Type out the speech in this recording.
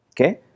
Okay